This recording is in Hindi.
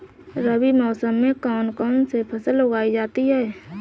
रबी मौसम में कौन कौनसी फसल उगाई जा सकती है?